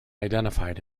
identified